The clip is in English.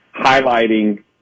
highlighting